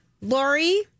Lori